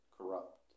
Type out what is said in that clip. corrupt